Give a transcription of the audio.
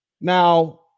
Now